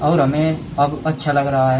और हमें अब अच्छा लग रहा है